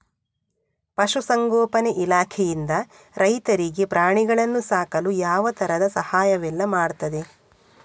ಪಶುಸಂಗೋಪನೆ ಇಲಾಖೆಯಿಂದ ರೈತರಿಗೆ ಪ್ರಾಣಿಗಳನ್ನು ಸಾಕಲು ಯಾವ ತರದ ಸಹಾಯವೆಲ್ಲ ಮಾಡ್ತದೆ?